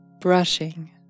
brushing